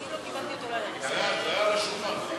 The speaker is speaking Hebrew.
אני לא קיבלתי אותו, זה היה.